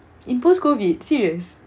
in post COVID serious